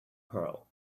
pearl